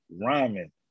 rhyming